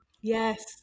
Yes